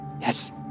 Yes